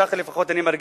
כך לפחות אני מרגיש,